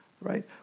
right